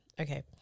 okay